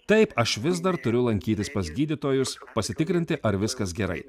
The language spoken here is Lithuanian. taip aš vis dar turiu lankytis pas gydytojus pasitikrinti ar viskas gerai